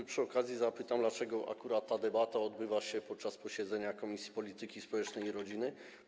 A przy okazji zapytam: Dlaczego akurat ta debata odbywa się podczas posiedzenia Komisji Polityki Społecznej i Rodziny?